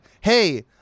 Hey